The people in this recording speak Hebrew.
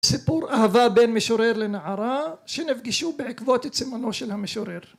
סיפור אהבה בין משורר לנערה שנפגשו בעקבות את צמאונו של המשורר